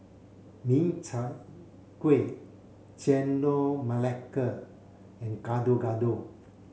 Min Chiang Kueh Chendol Melaka and Gado Gado